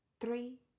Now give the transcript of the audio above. three